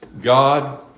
God